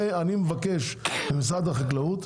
אני מבקש ממשרד החקלאות: